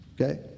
okay